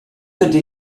ydy